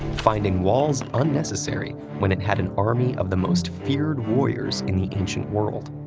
finding walls unnecessary when it had an army of the most feared warriors in the ancient world.